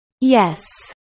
Yes